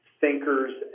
thinkers